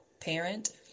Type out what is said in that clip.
Parent